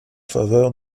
faveur